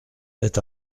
est